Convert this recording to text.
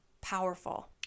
powerful